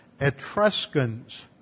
Etruscans